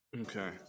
Okay